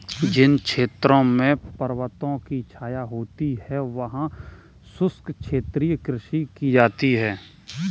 जिन क्षेत्रों में पर्वतों की छाया होती है वहां शुष्क क्षेत्रीय कृषि की जाती है